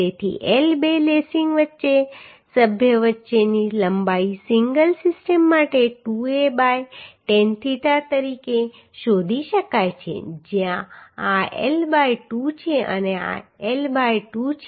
તેથી L બે lacing સભ્યો વચ્ચેની લંબાઈ સિંગલ સિસ્ટમ માટે 2a બાય ટેન થીટા તરીકે શોધી શકાય છે જ્યાં આ L બાય 2 છે અને આ L બાય 2 છે